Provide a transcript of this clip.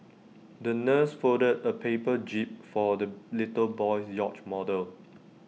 the nurse folded A paper jib for the little boy's yacht model